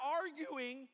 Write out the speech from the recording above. arguing